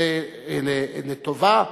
זה לטובה,